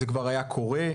זה כבר היה קורה.